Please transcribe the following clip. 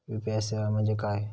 UPI सेवा म्हणजे काय?